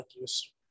use